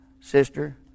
Sister